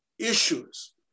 issues